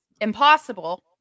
impossible